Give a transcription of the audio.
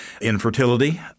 Infertility